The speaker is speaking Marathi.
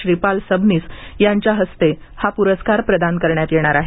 श्रीपाल सबनीस यांच्या हस्ते हा पुरस्कार प्रदान करण्यात येणार आहे